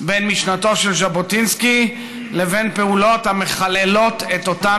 בין משנתו של ז'בוטינסקי לבין פעולות המחללות את אותה